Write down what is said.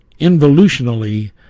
involutionally